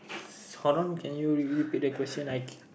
s~ hold on can you re~ repeat the question I